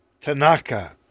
Tanaka